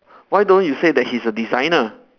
why don't you say that he's a designer